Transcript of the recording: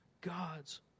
God's